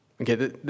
okay